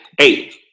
eight